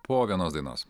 po vienos dainos